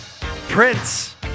Prince